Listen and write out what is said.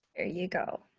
there you go